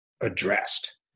addressed